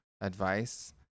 advice